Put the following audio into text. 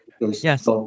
Yes